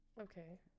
Okay